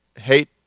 hate